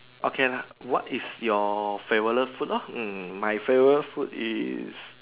okay lah what is your favourite food lor my favourite food is